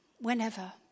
whenever